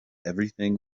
everything